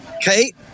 Kate